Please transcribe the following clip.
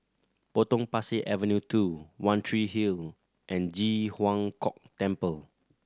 Potong Pasir Avenue Two One Tree Hill and Ji Huang Kok Temple